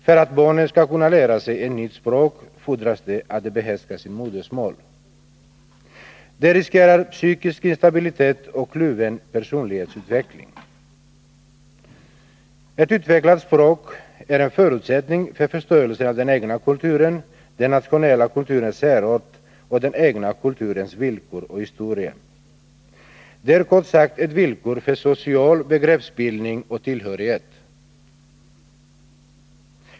För att barnen skall kunna lära sig ett nytt språk fordras det att de behärskar sitt modersmål. De riskerar psykisk instabilitet och kluven personlighetsutveckling. Ett utvecklat språk är en förutsättning för förståelse av den egna kulturen, den nationella kulturens särart och den egna kulturens villkor och historia. Det är kort sagt ett villkor för social begreppsbildning och tillhörighet.